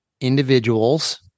individuals